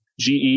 GE